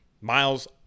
Miles